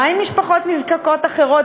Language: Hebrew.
מה עם משפחות נזקקות אחרות?